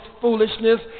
foolishness